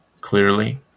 clearly